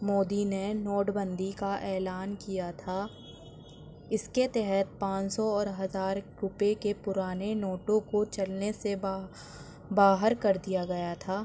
مودی نے نوٹ بندی کا اعلان کیا تھا اِس کے تحت پانچ سو اور ہزار روپئے کے پُرانے نوٹوں کو چلنے سے باہر کردیا گیا تھا